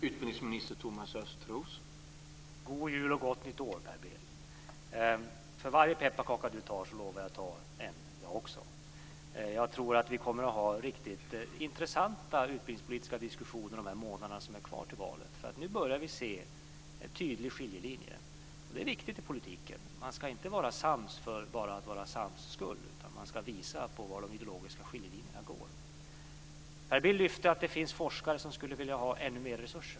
Herr talman! God jul och gott nytt år, Per Bill! För varje pepparkaka Per Bill tar lovar jag att ta en jag också. Jag tror att vi kommer att ha riktigt intressanta utbildningspolitiska diskussioner de månader som är kvar till valet. Nu börjar vi se en tydlig skiljelinje, och det är viktigt i politiken. Man ska inte vara sams bara för sakens egen skull utan man ska visa på var de ideologiska skiljelinjerna går. Per Bill lyfte fram att det finns forskare som skulle vilja ha ännu mer resurser.